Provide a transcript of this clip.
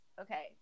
Okay